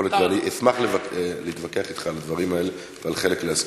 ואשמח להתווכח אתך על הדברים האלה, ולחלק להסכים,